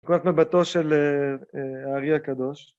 כוח מבטו של הארי הקדוש.